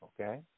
Okay